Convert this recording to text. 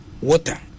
water